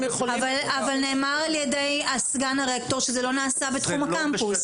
אבל נאמר על ידי סגן הרקטור שזה לא נעשה בתחום הקמפוס.